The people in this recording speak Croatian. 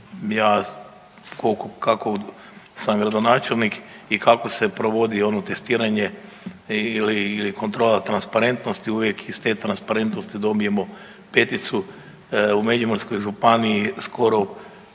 kako sam gradonačelnik i kako se provodi ono testiranje ili, ili kontrola transparentnosti uvijek iz te transparentnosti dobijemo peticu. U Međimurskoj županiji skoro